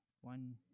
one